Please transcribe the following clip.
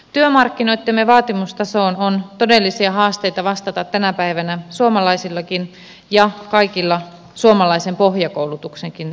työmarkkinoittemme vaatimustasoon on todellisia haasteita vastata tänä päivänä suomalaisillakin ja kaikilla suomalaisen pohjakoulutuksenkin saaneilla